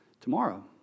Tomorrow